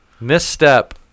misstep